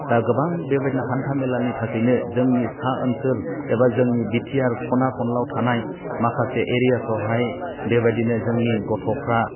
दा गोबां बेबादिनो हान्था मेलानि थाखायनो जोंनि सा ओनसोल एबा जोंनि बिटिआर खना खनलायाव थानाय माखासे एरियाफ्रावहाय बेबादिनो जोंनि गथफ्रा